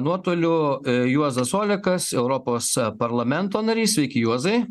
nuotoliu juozas olekas europos parlamento narys sveiki juozai